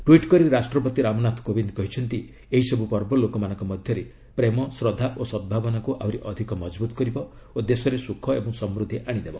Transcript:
tweet କରି ରାଷ୍ଟ୍ରପତି ରାମନାଥ କୋବିନ୍ଦ କହିଛନ୍ତି ଏହିସବ୍ ପର୍ବ ଲୋକମାନଙ୍କ ମଧ୍ୟରେ ପ୍ରେମ ଶ୍ରଦ୍ଧା ଓ ସଦ୍ଭାବନାକୁ ଆହୁରି ଅଧିକ ମଜବୁତ୍ କରିବ ଓ ଦେଶରେ ସୁଖ ଏବଂ ସମୃଦ୍ଧି ଆଣିଦେବ